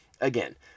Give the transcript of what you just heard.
again